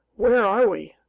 where are we?